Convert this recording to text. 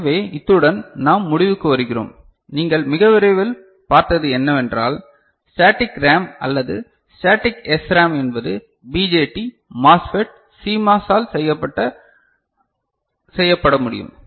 எனவே இத்துடன் நாம் முடிவுக்கு வருகிறோம் நீங்கள் மிக விரைவில் பார்த்தது என்னவென்றால் ஸ்டேடிக் ரேம் அல்லது ஸ்டேடிக் SRAM என்பது BJT மாஸ்பெட் CMOS ஆல் செய்யப்பட்ட முடியும்